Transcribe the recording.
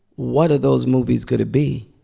what are those movies going to be?